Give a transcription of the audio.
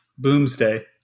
Boomsday